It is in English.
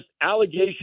allegations